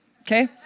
okay